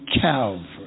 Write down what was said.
Calvary